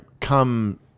come